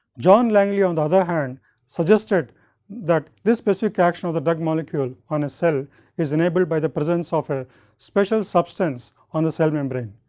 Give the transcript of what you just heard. john langley, on the other hand suggested that this specific action of the drug molecule, on a cell is enabled by the presence of a special substance, on the cell membrane,